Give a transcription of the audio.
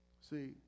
See